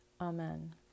Amen